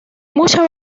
muchas